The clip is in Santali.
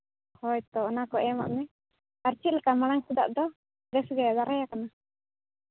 ᱦᱳᱭ ᱛᱚ ᱚᱱᱟ ᱠᱚ ᱮᱢ ᱟᱜ ᱢᱮ ᱟᱨ ᱪᱮᱫ ᱞᱮᱠᱟ ᱢᱟᱲᱟᱝ ᱥᱮᱱᱟᱜ ᱫᱚ ᱵᱮᱥᱜᱮ ᱫᱟᱨᱮᱭ ᱠᱟᱱᱟ